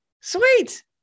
Sweet